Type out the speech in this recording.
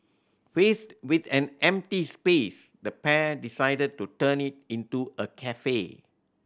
faced with an empty space the pair decided to turn it into a cafe